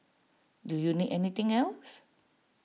do you need anything else